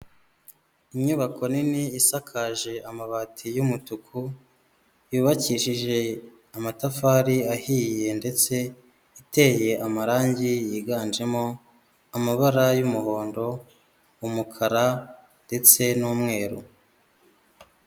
Inyubako nini isakaje amabati y'umutuku, yubakishije amatafari ahiye ndetse iteye amarangi yiganjemo amabara y'umuhondo, umukara ndetse n'umweru.